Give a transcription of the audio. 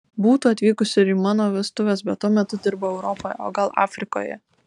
būtų atvykusi ir į mano vestuves bet tuo metu dirbo europoje o gal afrikoje